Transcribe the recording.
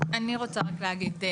אני רוצה רק להגיד.